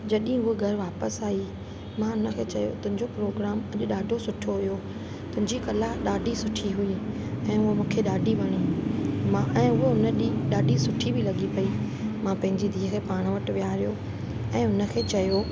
जॾहिं उहा घर वापसि आई मां हुनखे चयो तुंहिंजो प्रोग्राम मूंखे ॾाढो सुठो हुओ तुंहिंजी कला ॾाढी सुठी हुई ऐं उहो मूंखे ॾाढी वणी ऐं मां हुन ॾींहुं ॾाढी सुठी लॻे पेई मां पंहिंजी धीअ खे पाणि वटि विहारियो ऐं हुनखे चयो